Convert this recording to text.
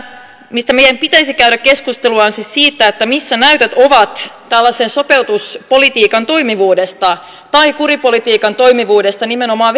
mistä meidän pitäisi käydä keskustelua on siis se että missä näytöt ovat tällaisen sopeutuspolitiikan toimivuudesta tai kuripolitiikan toimivuudesta nimenomaan